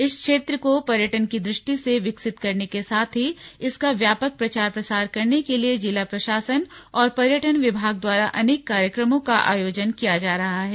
इस क्षेत्र को पर्यटन की दृष्टि से विकसित करने के साथ ही इसका व्यापक प्रचार प्रसार करने के लिए जिला प्रशासन और पर्यटन विभाग द्वारा अनेक कार्यक्रमों का आयोजन किया जा रहा है